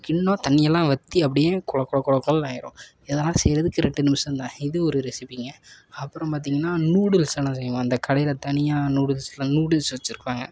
கிண்டின்னால் தண்ணியெல்லாம் வற்றி அப்படியே கொழ கொழ கொழன்னு ஆகிரும் இதெல்லாம் செய்கிறதுக்கு ரெண்டு நிமிஷம் தான் இது ஒரு ரெசிப்பிங்க அப்புறம் பார்த்தீங்கன்னா நூடுல்ஸ் சொன்னேன் தெரியுமா இந்த கடையில் தனியாக நூடுல்ஸ்செலாம் நூடுல்ஸ் வெச்சுருப்பாங்க